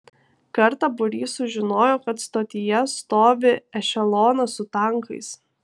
kartą būrys sužinojo kad stotyje stovi ešelonas su tankais